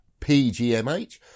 pgmh